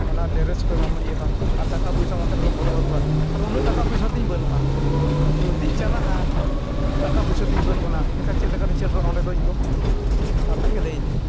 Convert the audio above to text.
ᱚᱱᱟ ᱰᱮᱨᱮᱥ ᱠᱚ ᱮᱢᱟᱢ ᱤᱭᱟᱹ ᱠᱟᱱᱟ ᱟᱨ ᱴᱟᱠᱟ ᱯᱚᱭᱥᱟ ᱢᱚᱱᱛᱮ ᱨᱮᱠᱚ ᱵᱚᱫᱚᱞ ᱦᱚᱴᱚ ᱠᱟᱜᱼᱟ ᱟᱨ ᱩᱱᱟᱹᱜ ᱴᱟᱠᱟ ᱯᱚᱭᱥᱟ ᱛᱤᱧ ᱵᱟᱹᱱᱩᱜᱼᱟ ᱡᱩᱫᱤᱧ ᱪᱟᱞᱟᱜᱼᱟ ᱴᱟᱠᱟ ᱯᱚᱭᱥᱟ ᱛᱤᱧ ᱵᱟᱹᱱᱩᱜᱼᱟ ᱮᱱᱠᱷᱟᱱ ᱪᱮᱫ ᱞᱮᱠᱟᱧ ᱥᱮᱴᱮᱨᱚᱜᱼᱟ ᱚᱸᱰᱮ ᱫᱚ ᱤᱧ ᱫᱚ ᱟᱯᱮ ᱜᱮ ᱞᱟᱹᱭᱟᱹᱧ ᱯᱮ